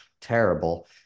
terrible